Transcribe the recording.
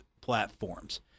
platforms